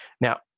Now